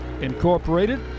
incorporated